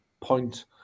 point